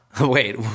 Wait